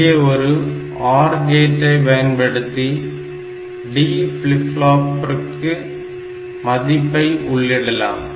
இங்கே ஒரு OR கேட்டை பயன்படுத்தி D ஃப்ளிப் ஃப்ளாபிற்கு மதிப்பை உள்ளிடலாம்